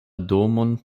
domon